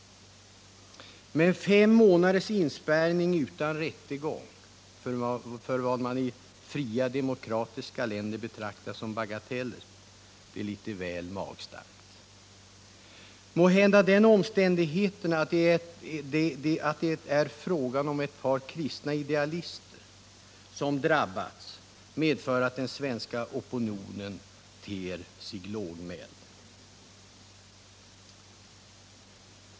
Men fem månaders inspärrning utan rättegång för vad man i fria demokratiska länder betraktar som bagateller är litet väl magstarkt. Måhända medför den omständigheten, att det är fråga om ett par kristna idealister som drabbats, att den svenska opinionen är lågmäld.